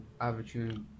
average